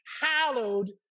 hallowed